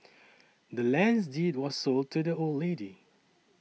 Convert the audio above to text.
the land's deed was sold to the old lady